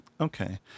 Okay